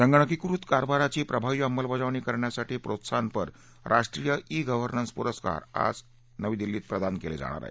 संगणकीकृत कारभाराची प्रभावी अंमलबजावणी करणा यांसाठी प्रोत्साहनपर राष्ट्रीय ई गव्हर्नन्स पुरस्कार आज दिल्लीत प्रदान केले जाणार आहेत